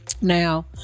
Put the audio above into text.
now